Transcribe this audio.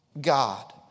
God